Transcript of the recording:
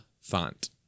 font